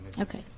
okay